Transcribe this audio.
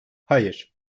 hayır